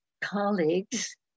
colleagues